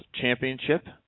championship